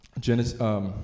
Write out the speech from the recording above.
Genesis